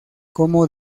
como